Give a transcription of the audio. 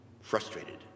frustrated